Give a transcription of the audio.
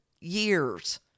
years